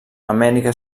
amèrica